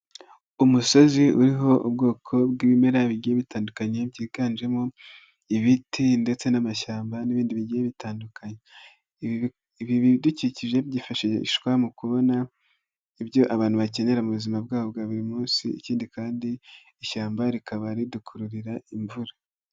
Umusozi uriho ubwoko bw'ibimera bigiye bitandukanye byiganjemo ibiti ndetse n'amashyamba n'ibindi bigiye bitandukanye, ibi bidukikije byifashishwa mu kubona ibyo abantu bakenera mu buzima bwa bwa buri munsi, ikindi kandi ishyamba rikaba ridukururira imvura.